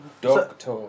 Doctor